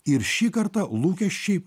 ir šį kartą lūkesčiai